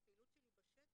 בפעילות שלי בשטח,